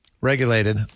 Regulated